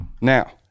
Now